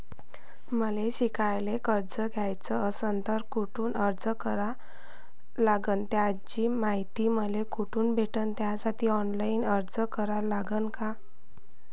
मले शिकायले कर्ज घ्याच असन तर कुठ अर्ज करा लागन त्याची मायती मले कुठी भेटन त्यासाठी ऑनलाईन अर्ज करा लागन का?